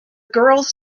girls